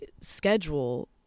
schedule